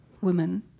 women